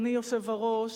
אדוני היושב-ראש,